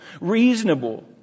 reasonable